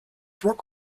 rock